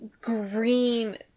green